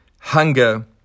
hunger